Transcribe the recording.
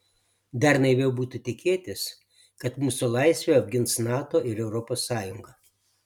dar naiviau būtų tikėtis kad mūsų laisvę apgins nato ir europos sąjunga